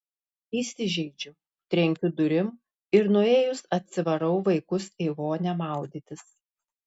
įsižeidžiu trenkiu durim ir nuėjus atsivarau vaikus į vonią maudytis